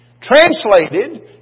translated